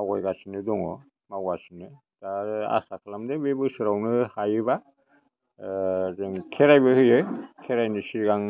आवगायगासिनो दङ मावगासिनो दा आसा खालामदों बे बोसोरावनो हायोबा जों खेरायबो होयो खेरायनि सिगां